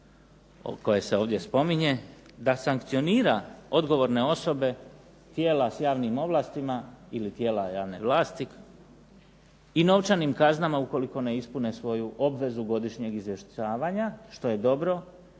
koje se ovdje spominje, da sankcionira odgovorne osobe tijela s javnim ovlastima ili tijela javne vlasti, i novčanim kaznama ukoliko ne ispune svoju obvezu godišnjeg izvješćivanja, što je dobro,